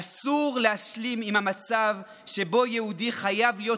אסור להשלים עם המצב שבו יהודי חייב להיות